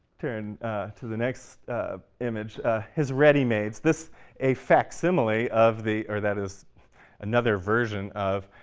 turn to the next image his ready-mades. this a facsimile of the or that is another version of